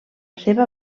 seva